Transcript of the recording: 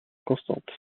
constante